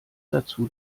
dazu